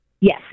Yes